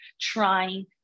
trying